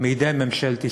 מידי ממשלת ישראל.